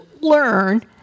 learn